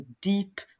deep